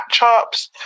matchups